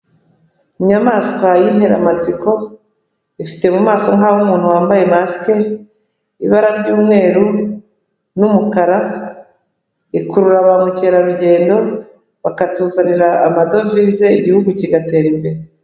Inyamaswa y'interamatsiko, ifite mu maso nk'ah'umuntu wambaye masike, ibara ry'umweru n'umukara, ikurura ba mukerarugendo bakatuzanira amadovize igihugu kigatera imbere.